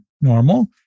Normal